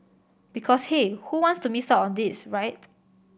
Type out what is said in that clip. because hey who wants to miss out on this right